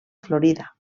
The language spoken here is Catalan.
florida